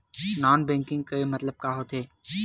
Non banking के मतलब का होथे?